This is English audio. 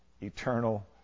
eternal